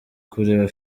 kureba